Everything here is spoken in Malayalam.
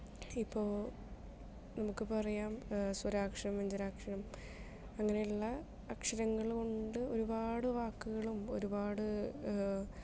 ഇപ്പോൾ നമുക്ക് പറയാം സ്വരാക്ഷരം വ്യഞ്ജനാക്ഷരം അങ്ങനെയുള്ള അക്ഷരങ്ങൾ കൊണ്ട് ഒരുപാട് വാക്കുകളും ഒരുപാട്